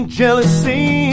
jealousy